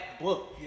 book